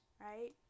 right